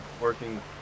Working